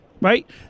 right